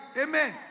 Amen